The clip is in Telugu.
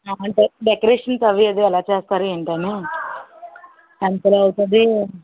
అంటే డెకరేషన్కి అవి అది ఎలా చేస్తారు ఏంటని ఎంతలో అవుతుంది